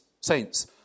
saints